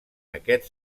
aquests